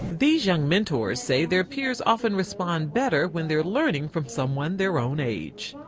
these young mentors say their peers often respond better when they're learning from someone their own age.